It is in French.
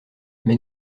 mais